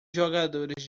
jogadores